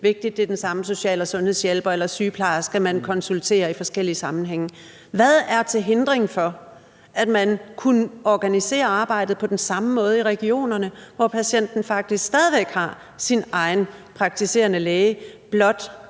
vigtigt, at det er den samme social- og sundhedshjælper eller sygeplejerske, man konsulterer i forskellige sammenhænge. Hvad er til hinder for, at man kunne organisere arbejdet på den samme måde i regionerne, hvor patienten faktisk stadig væk har sin egen praktiserende læge, blot